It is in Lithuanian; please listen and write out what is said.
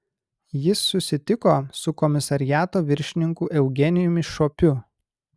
jis susitiko su komisariato viršininku eugenijumi šopiu